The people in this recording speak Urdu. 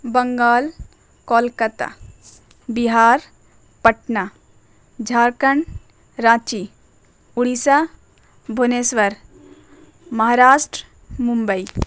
بنگال کولکتہ بہار پٹنہ جھارکھنڈ رانچی اڑیسہ بنیشور مہاراشٹر ممبئی